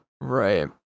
Right